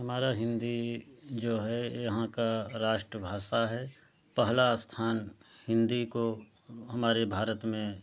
हमारा हिंदी जो है यहाँ का राष्ट्रभाषा है पहला स्थान हिंदी को हमारे भारत में